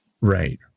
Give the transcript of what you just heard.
right